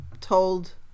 told